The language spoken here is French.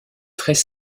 très